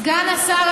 סגן השר,